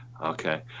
Okay